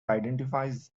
identifies